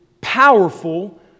powerful